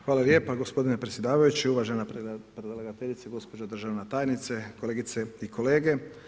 Hvala lijepa gospodine predsjedavajući, uvažena predlagateljice gospođo državna tajnice, kolegice i kolege.